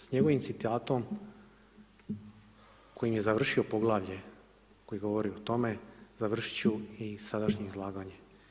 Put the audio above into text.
S njegovim citatom kojim je završio poglavlje koje govori o tome, završiti ću i sadašnje izlaganje.